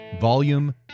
volume